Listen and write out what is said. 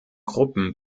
gruppen